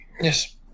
Yes